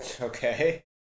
Okay